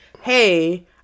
hey